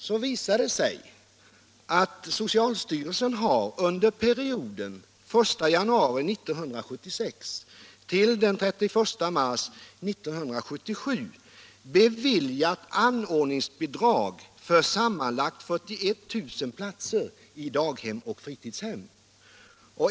De visar att socialstyrelsen under perioden den 1 januari 1976-den 31 mars 1977 har beviljat anordningsbidrag för sammanlagt 41 000 platser i daghem och fritidshem.